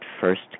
first